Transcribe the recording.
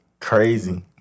Crazy